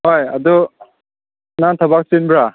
ꯍꯣꯏ ꯑꯗꯨ ꯅꯪ ꯊꯕꯛ ꯆꯤꯟꯕ꯭ꯔꯥ